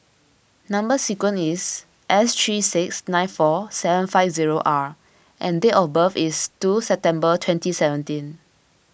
Number Sequence is S three six nine four seven five zero R and date of birth is two September twenty seventeen